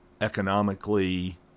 economically